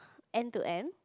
end to end